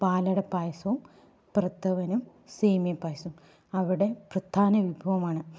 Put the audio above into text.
പാലട പായസവും പ്രഥമനും സേമിയ പായസം അവിടെ പ്രധാന വിഭവമാണ്